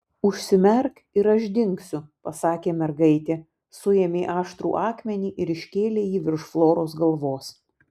užsimerk ir aš dingsiu pasakė mergaitė suėmė aštrų akmenį ir iškėlė jį virš floros galvos